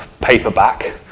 paperback